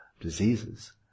Diseases